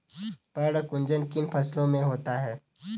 पर्ण कुंचन किन फसलों में होता है?